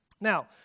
Now